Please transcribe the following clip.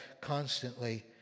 constantly